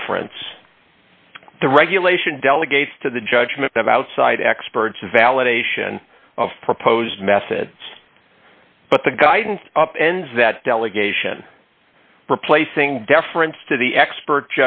reference the regulation delegates to the judgment of outside experts validation of proposed method but the guidance up ends that delegation replacing deference to the expert